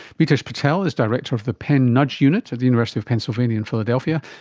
mitesh patel is director of the penn nudge unit at the university of pennsylvania in philadelphia,